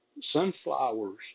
Sunflowers